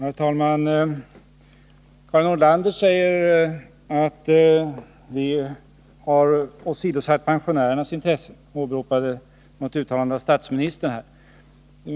Herr talman! Karin Nordlander säger att vi har åsidosatt pensionärernas intressen och åberopade ett uttalande av statsministern.